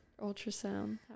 ultrasound